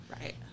Right